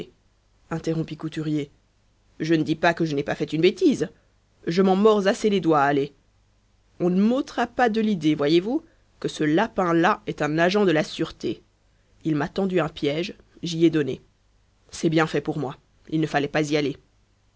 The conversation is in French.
interrompit couturier je ne dis pas que je n'ai pas fait une bêtise je m'en mords assez les doigts allez on ne m'ôtera pas de l'idée voyez-vous que ce lapin là est un agent de la sûreté il m'a tendu un piège j'y ai donné c'est bien fait pour moi il ne fallait pas y aller